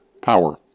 power